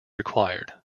required